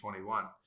2021